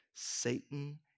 Satan